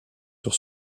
sur